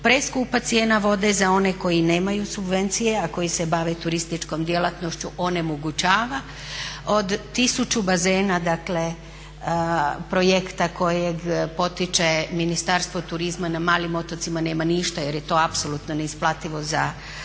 preskupa cijena vode za one koji nemaju subvencije, a koji se bave turističkom djelatnošću onemogućava. Od tisuću bazena dakle projekta kojeg potiče Ministarstvo turizma na malim otocima nema ništa jer je to apsolutno neisplativo za male